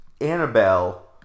Annabelle